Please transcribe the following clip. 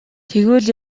тэгвэл